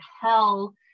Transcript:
hell